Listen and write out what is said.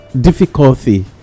difficulty